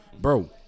bro